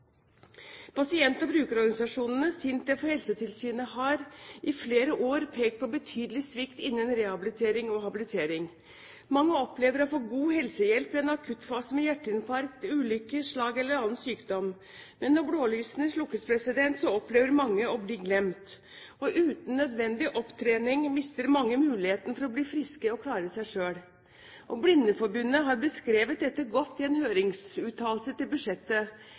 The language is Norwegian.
Pasient- og brukerorganisasjonene, SINTEF og Helsetilsynet har i flere år pekt på betydelig svikt innen rehabilitering og habilitering. Mange opplever å få god helsehjelp i en akuttfase ved hjerteinfarkt, ulykke, slag eller annen sykdom. Men når blålysene slukkes, opplever mange å bli glemt. Uten nødvendig opptrening mister mange muligheten for å bli friske og klare seg selv. Blindeforbundet har beskrevet dette godt i en høringsuttalelse til